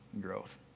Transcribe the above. growth